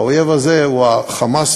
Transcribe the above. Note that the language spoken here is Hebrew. האויב הזה הוא ה"חמאס"